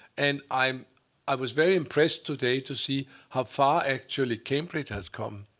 and i i was very impressed today to see how far, actually, cambridge has come.